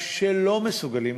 עצם הקביעה של לוח-זמנים,